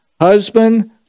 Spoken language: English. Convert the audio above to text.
husband